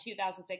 2006